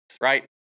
right